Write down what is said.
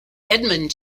edmund